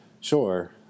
Sure